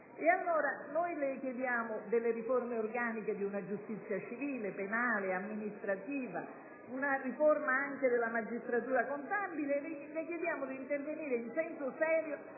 Allora, noi le chiediamo la riforma organica della giustizia civile, penale e amministrativa, una riforma della magistratura contabile e le chiediamo di intervenire in modo serio